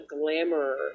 glamour